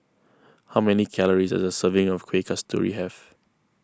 how many calories does a serving of Kuih Kasturi have